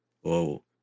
Whoa